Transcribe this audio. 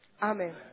Amen